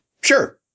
Sure